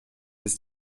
ist